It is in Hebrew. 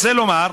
רוצה לומר,